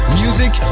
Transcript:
music